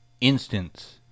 instance